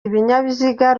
ibinyabiziga